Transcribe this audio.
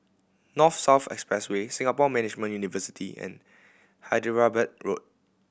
North South Expressway Singapore Management University and Hyderabad Road